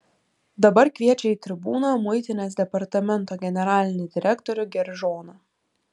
dabar kviečia į tribūną muitinės departamento generalinį direktorių geržoną